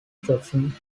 chosen